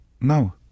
No